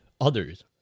others